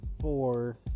Four